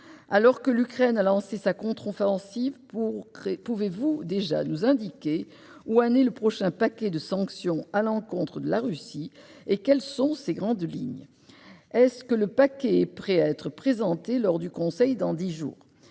Alors que l'Ukraine a lancé sa contre-offensive, pouvez-vous déjà nous indiquer où en est le prochain paquet de sanctions à l'encontre de la Russie et quelles sont ses grandes lignes ? Est-ce que le paquet est prêt à être présenté lors du Conseil dans dix jours ?